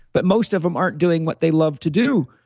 but most of them aren't doing what they love to do,